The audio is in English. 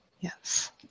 yes